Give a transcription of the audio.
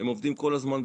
הם עובדים בשטח כל הזמן.